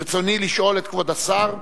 רצוני לשאול את כבוד השר: